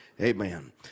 Amen